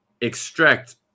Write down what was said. extract